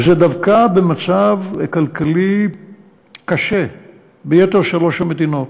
וזה דווקא במצב כלכלי קשה ביתר שלוש המדינות.